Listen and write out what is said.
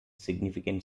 significant